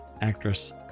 Actress